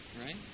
Right